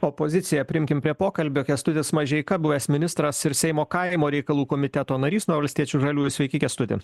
opoziciją priimkim prie pokalbio kęstutis mažeika buvęs ministras ir seimo kaimo reikalų komiteto narys nuo valstiečių žaliųjų sveiki kęstuti